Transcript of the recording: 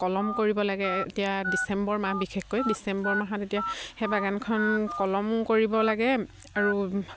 কলম কৰিব লাগে এতিয়া ডিচেম্বৰ মাহ বিশেষকৈ ডিচেম্বৰ মাহত এতিয়া সেই বাগানখন কলম কৰিব লাগে আৰু